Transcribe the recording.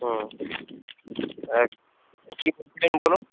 হুম কী বলছেন বলুন